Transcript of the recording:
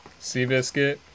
Seabiscuit